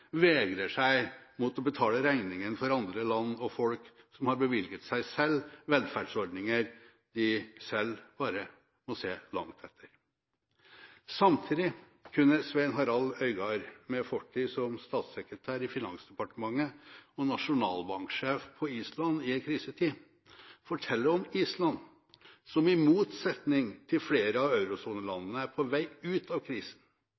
vegrer seg for å betale regningen for andre land og folk som har bevilget seg velferdsordninger de selv bare må se langt etter. Samtidig kunne Svein Harald Øygard, med fortid som statssekretær i Finansdepartementet og nasjonalbanksjef på Island i ei krisetid, fortelle om Island, som i motsetning til flere av eurosonelandene er på vei ut av krisen.